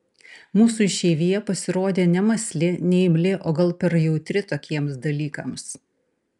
mūsų išeivija pasirodė nemąsli neimli o gal per jautri tokiems dalykams